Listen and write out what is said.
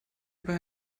über